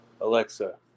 Alexa